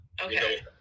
Okay